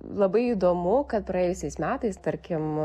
labai įdomu kad praėjusiais metais tarkim